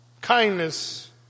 Kindness